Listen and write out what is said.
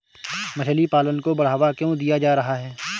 मछली पालन को बढ़ावा क्यों दिया जा रहा है?